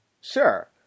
Sure